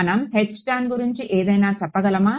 మనం గురించి ఏదైనా చెప్పగలనా